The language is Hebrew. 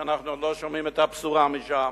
ואנחנו עוד לא שומעים את הבשורה משם.